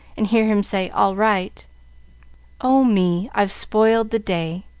and hear him say, all right oh, me, i've spoiled the day!